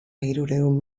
hirurehun